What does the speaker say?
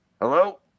Hello